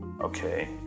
Okay